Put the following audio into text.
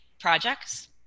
projects